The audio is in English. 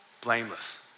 blameless